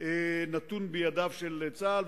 נתון בידיו של צה"ל.